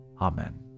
Amen